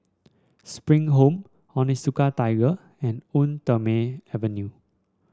Spring Home Onitsuka Tiger and Eau Thermale Avene